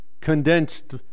condensed